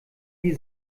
die